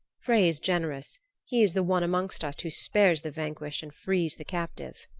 frey is generous he is the one amongst us who spares the vanquished and frees the captive.